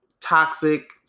toxic